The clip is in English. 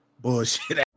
Bullshit